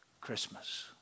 Christmas